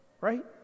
Right